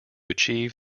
achieve